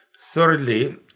Thirdly